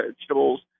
vegetables